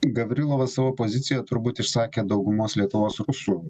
gavrilovas savo poziciją turbūt išsakė dauguma lietuvos rusų